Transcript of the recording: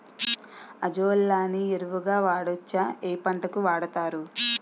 Azolla ని ఎరువు గా వాడొచ్చా? ఏ పంటలకు వాడతారు?